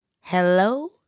Hello